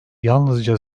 yalnızca